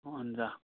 हुन्छ